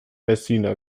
messina